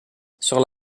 sur